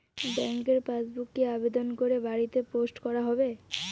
ব্যাংকের পাসবুক কি আবেদন করে বাড়িতে পোস্ট করা হবে?